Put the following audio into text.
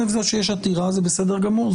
זה שיש עתירה זה בסדר גמור.